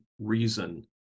reason